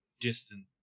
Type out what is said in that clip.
distant